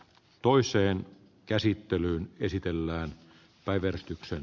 toiseen käsittelyyn esitellään asia